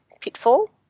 pitfall